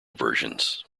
versions